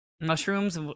mushrooms